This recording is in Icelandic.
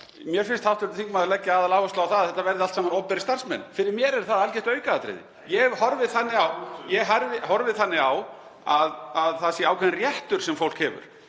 Mér finnst hv. þingmaður leggja aðaláherslu á að þetta verði allt saman opinberir starfsmenn. Fyrir mér er það algjört aukaatriði. Ég horfi þannig á að það sé ákveðinn réttur sem fólk hefur